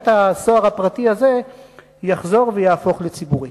בית-הסוהר הפרטי הזה יחזור ויהפוך לציבורי.